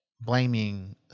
blaming